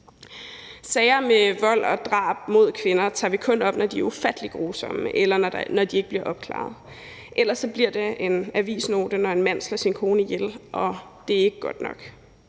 Sager med vold og drab mod kvinder tager vi kun op, når de er ufattelig grusomme, eller når de ikke bliver opklaret. Ellers bliver det en avisnote, når en mand slår sin kone ihjel, og det er ikke godt nok.